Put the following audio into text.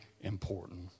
important